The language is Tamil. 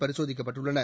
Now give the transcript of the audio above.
பரிசோதிக்கப்பட்டுள்ளன